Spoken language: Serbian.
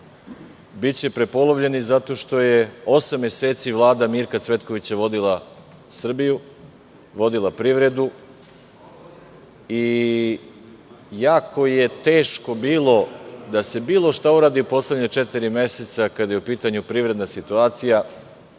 biće prepolovljeni, zato što je osam meseci Vlada Mirka Cvetkovića vodila Srbiju, vodila privredu. Bilo je jako teško da se bilo šta uradi u poslednja četiri meseca, kada je u pitanju privredna situacija,